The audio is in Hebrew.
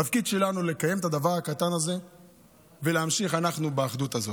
התפקיד שלנו הוא לקיים את הדבר הקטן הזה ולהמשיך אנחנו באחדות הזאת.